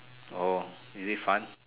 orh is it fun